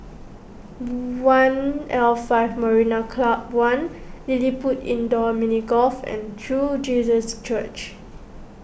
one'l Five Marina Club one LilliPutt Indoor Mini Golf and True Jesus Church